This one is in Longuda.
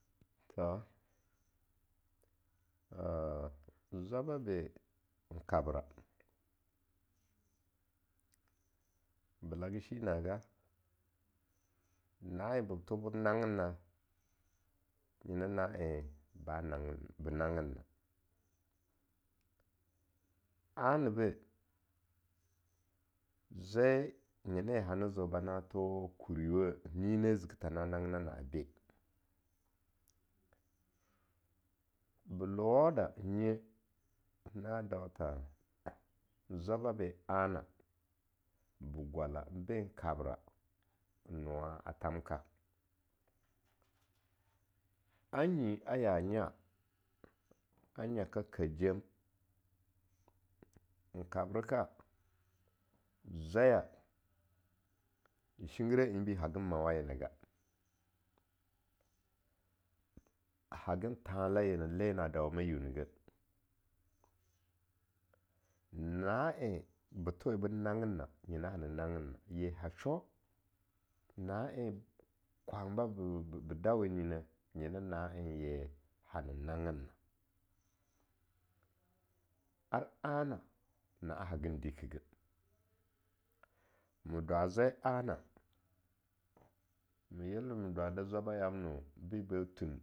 To zwabe be n kabra ba laga shi na'a ga, na'en be thobeb nanginna nyena ha'en ba nangena, be nangin na, A-ni beh zwai nyena ye hana zeo bana tho kuriweh, nyi na ziki tha ne nangina na'a beh, be lowou da nye na dau tha zwaba ben a-na ba gwala n ben kabra n nowa tham ka A nyi a ya nya, a nyaka ka jem, en kabreka, zwaya nshingirewenbi hagan mawayena hagan thanla yena le na dawa na yi ne yeh, na'en ba thowe ben nanginna nyena hane nangenna, ye ha sho, na-en kwanba bebe dwe nyineh, nyen na en ye hana nangenna. Ar a-na, na'a hagin dikigeh, ma dwa zwai ana me yel nama dwa da zwaba yamna be ba thun.